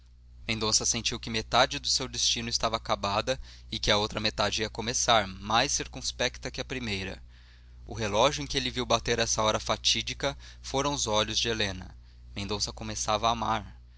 mendonça sentiu que metade de seu destino estava acabado e que a outra metade ia começar mais circunspecta que a primeira o relógio em que ele viu bater essa hora fatídica foram os olhos de helena mendonça começava a amar